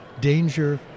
danger